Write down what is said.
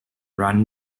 run